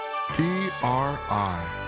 PRI